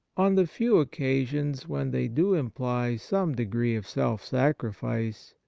on the few occasions when they do imply some degree of self-sacrifice,